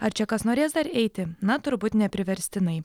ar čia kas norės dar eiti na turbūt nepriverstinai